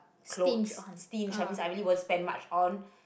clothes stinge I mean I really won't spend much on